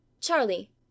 charlie